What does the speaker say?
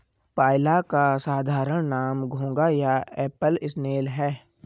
पाइला का साधारण नाम घोंघा या एप्पल स्नेल है